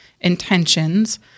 intentions